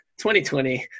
2020